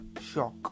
shock